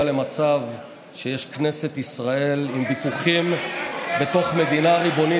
למצב שיש כנסת ישראל עם ויכוחים בתוך מדינה ריבונית.